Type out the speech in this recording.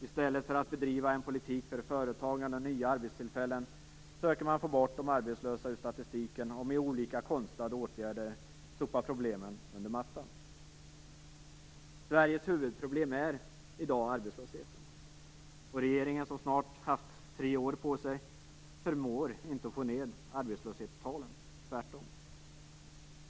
I stället för att bedriva en politik för företagande och nya arbetstillfällen försöker man få bort de arbetslösa ur statistiken och sopa problemen under mattan med olika konstlade åtgärder. Sveriges huvudproblem är i dag arbetslösheten, och regeringen, som snart haft tre år på sig, förmår inte få ned arbetslöshetstalen. Tvärtom!